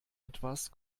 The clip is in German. etwas